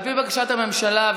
על פי בקשת הממשלה,